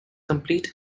complete